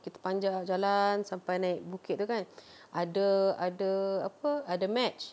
kita panjang nak jalan sampai naik bukit itu kan ada ada apa ada match